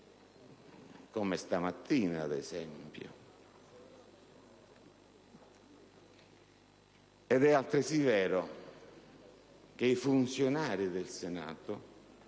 questa mattina, ad esempio. È altresì vero che i funzionari del Senato